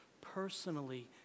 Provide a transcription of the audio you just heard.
personally